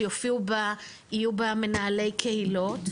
שיהיו בה מנהלי קהילות,